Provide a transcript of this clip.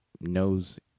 knows